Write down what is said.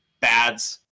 bads